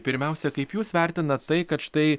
pirmiausia kaip jūs vertinat tai kad štai